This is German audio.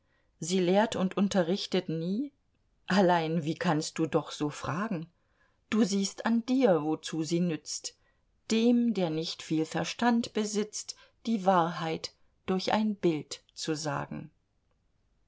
sie lehrt und unterrichtet nie allein wie kannst du doch so fragen du siehst an dir wozu sie nützt dem der nicht viel verstand besitzt die wahrheit durch ein bild zu sagen